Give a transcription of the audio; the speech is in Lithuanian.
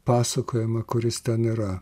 pasakojimą kuris ten yra